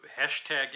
Hashtag